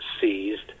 seized